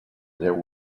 there